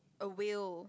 a whale